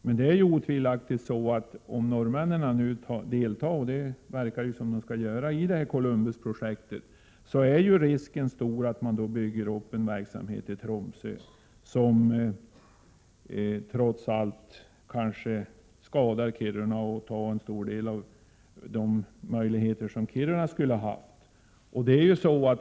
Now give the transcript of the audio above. Men det är otvivelaktigt så att om norrmännen deltar — och det verkar det som om de skulle göra — i Columbusprojektet, är risken stor att det byggs ut en verksamhet i Tromsö, som trots allt kanske skadar Kiruna och tar en stor del av de möjligheter som Kiruna skulle ha haft.